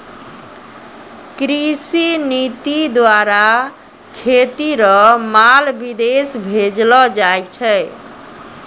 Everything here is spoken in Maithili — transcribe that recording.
कृषि नीति द्वारा खेती रो माल विदेश भेजलो जाय छै